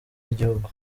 y’igihugu